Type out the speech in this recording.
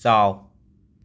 ꯆꯥꯎ